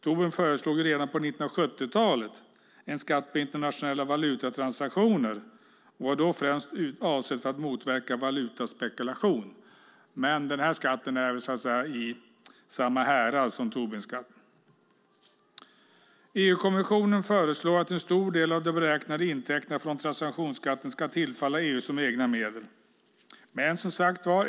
Tobin föreslog redan på 1970-talet en skatt på internationella valutatransaktioner som då främst var avsedd att motverka valutaspekulation. Den här skatten är i samma härad som Tobinskatten. EU-kommissionen föreslår att en stor del av de beräknade intäkterna från transaktionsskatten ska tillfalla EU som egna medel.